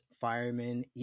firemen